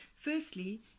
Firstly